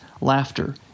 laughter